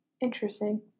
interesting